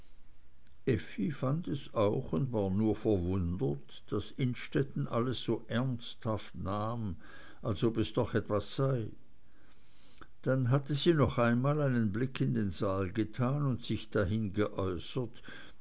fand es auch und war nur verwundert daß innstetten alles so ernsthaft nahm als ob es doch etwas sei dann hatte sie noch einmal einen blick in den saal getan und sich dabei dahin